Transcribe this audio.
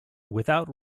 without